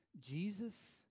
Jesus